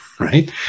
right